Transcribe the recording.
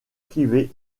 privée